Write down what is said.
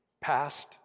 Past